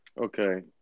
Okay